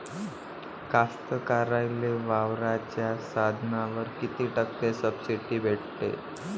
कास्तकाराइले वावराच्या साधनावर कीती टक्के सब्सिडी भेटते?